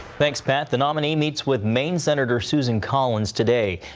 thanks, pat. the nominee meets with maine senator susan collins today.